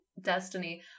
destiny